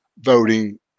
voting